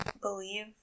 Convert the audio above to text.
believe